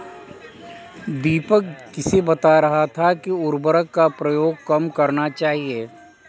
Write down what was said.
दीपक किसे बता रहा था कि उर्वरक का प्रयोग कम करना चाहिए?